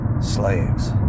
slaves